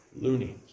loony